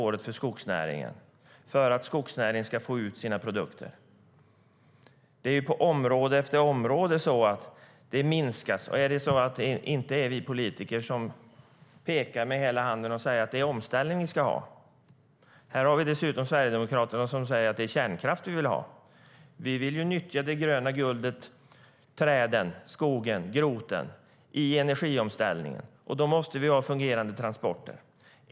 Det är ett viktigt spår för att skogsnäringen ska få ut sina produkter. Vi vill nyttja det gröna guldet - skogen, träden, groten - i energiomställningen. Då måste vi ha fungerande transporter.